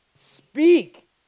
speak